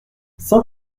cent